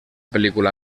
pel·lícula